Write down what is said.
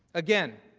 again,